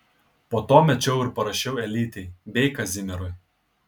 po to mečiau ir parašiau elytei bei kazimierui